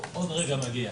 הוא עוד רגע מגיע.